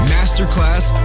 Masterclass